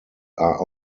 are